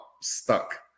stuck